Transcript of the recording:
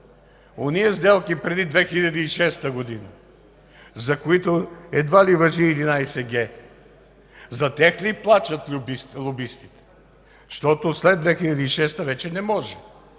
Онези сделки, преди 2006 г., за които едва ли важи 11г, за тях ли плачат лобистите? Защото след 2006 г. вече не може,